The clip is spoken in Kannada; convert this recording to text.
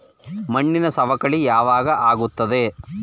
ಮಣ್ಣಿನ ಸವಕಳಿ ಯಾವಾಗ ಆಗುತ್ತದೆ?